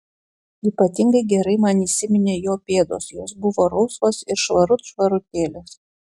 ypatingai gerai man įsiminė jo pėdos jos buvo rausvos ir švarut švarutėlės